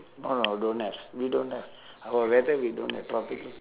no no don't have we don't have our weather we don't have tropical